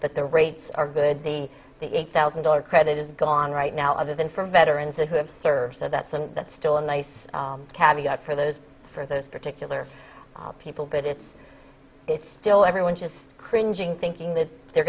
but the rates are good the the eight thousand dollars credit is gone right now other than for veterans who have served so that's an that's still a nice carry out for those for those particular people but it's it's still everyone just cringing thinking that they're